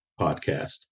podcast